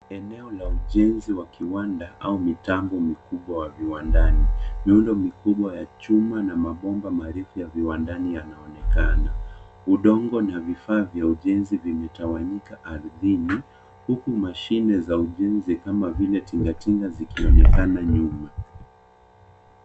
Eneo la ujenzi wa kiwanda au mitambo mikubwa wa viwandani. Nundo mikubwa ya chuma na mabomba marefu ya viwandani yanaonekana. Udongo na vifaa vya ujenzi umetawanyika ardhini huku mashine za ujenzi kama vile tinga tinga zikionekana nyuma.